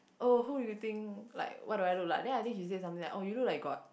oh who do you think like what do I look like then I think he say something like oh you look like ghost